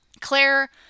Claire